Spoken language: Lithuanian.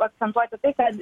akcentuoti tai kad